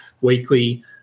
weekly